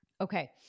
Okay